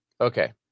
okay